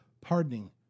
pardoning